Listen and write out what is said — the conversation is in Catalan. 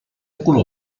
color